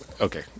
Okay